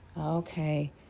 Okay